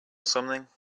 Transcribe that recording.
something